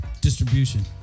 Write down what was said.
distribution